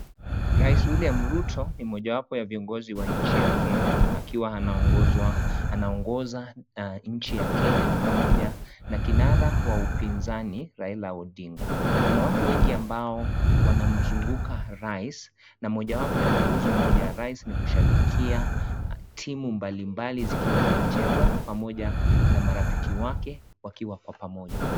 Rais William Ruto ni mmoja wapo wa viongozi wa nchi ya kenya akiwa anaongoza nchi ya kenya, pamoja na kinara wa upinzani Raila Odinga. Kuna watu wengi ambao wanamzunguka Rais na mojawapo ya nguzo moja ya Rais ni kushabikia timu mbali mbali zikiwa zinacheza pamoja na marafiki wake wakiwa kwa pamoja.